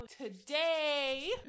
Today